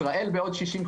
ישראל בעוד 50,